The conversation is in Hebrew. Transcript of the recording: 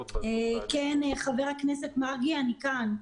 כן, חבר הכנסת מרגי, אני כאן.